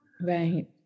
Right